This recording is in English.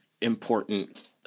important